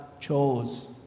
chose